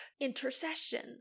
intercession